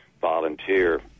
volunteer